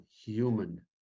human